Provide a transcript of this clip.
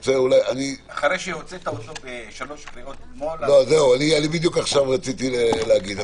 אחרי שהוצאת אותו בשלוש קריאות אתמול --- בדיוק עכשיו רציתי להגיד.